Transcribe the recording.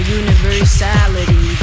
universality